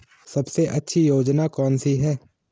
सबसे अच्छी योजना कोनसी है?